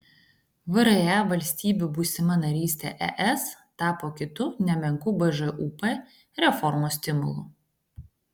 vre valstybių būsima narystė es tapo kitu nemenku bžūp reformos stimulu